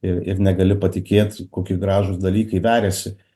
i ir negali patikėt koki gražūs dalykai veriasi